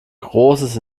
großes